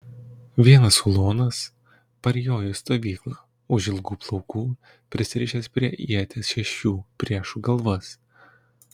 vienas ulonas parjojo į stovyklą už ilgų plaukų prisirišęs prie ieties šešių priešų galvas